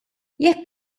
jekk